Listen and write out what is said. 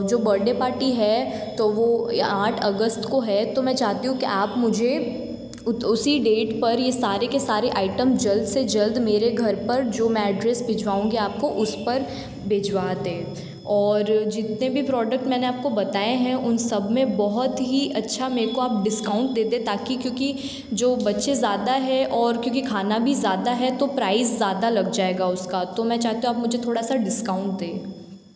जो birthday party है तो वो ये आठ अगस्त को है तो मैं चाहती हूँ के आप मुझे उसी डेट पर ये सारे के सारे आइटम जल्द से जल्द मेरे घर पर जो मैं ड्रेस भिजवाऊंगी आपको उस पर भिजवा दें और जितने भी प्रॉडक्ट मैंने आपको बताया हैं उन सब में बहुत ही अच्छा मेको आप डिस्काउंट दे दें ताकि क्योंकि जो बच्चे ज़्यादा हैं और क्योंकि खाना भी ज़्यादा है तो प्राइज़ ज़्यादा लग जाएगा उसका तो मैं चाहती हूँ आप मुझे थोड़ा सा डिस्काउंट दें